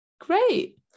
Great